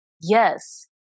yes